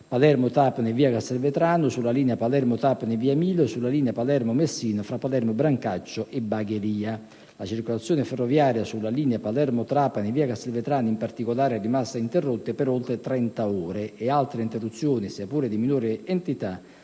Palermo-Trapani via Castelvetrano, la linea Palermo-Trapani via Milo, e la linea Palermo-Messina, tra Palermo Brancaccio e Bagheria. La circolazione ferroviaria sulla linea Palermo-Trapani via Castelvetrano, in particolare, è rimasta interrotta per oltre 30 ore ed altre interruzioni, sia pure di minore entità,